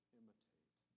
imitate